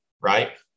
right